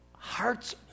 Hearts